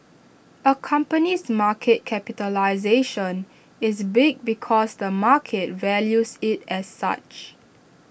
A company's market capitalisation is big because the market values IT as such